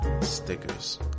stickers